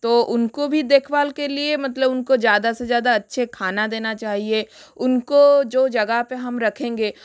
तो उनको भी देखभाल के लिए मतलब उनको ज़्यादा से ज़्यादा अच्छे खाना देना चाहिए उनको जो जगह पर हम रखेंगे